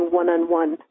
one-on-one